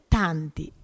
tanti